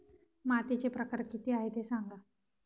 मातीचे प्रकार किती आहे ते सांगा